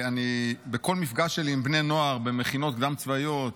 בכל מפגש שלי עם בני נוער במכינות קדם-צבאיות,